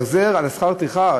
החזר על שכר טרחה.